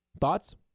thoughts